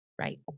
right